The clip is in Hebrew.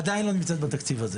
עדיין לא נמצאת בתקציב הזה.